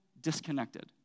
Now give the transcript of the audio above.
disconnected